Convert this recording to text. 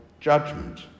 judgment